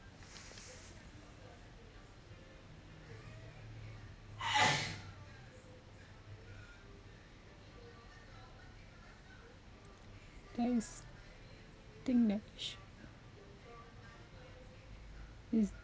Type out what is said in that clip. there is thing that sh~ is